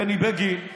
בני בגין,